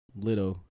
little